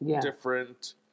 different